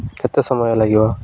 କେତେ ସମୟ ଲାଗିବ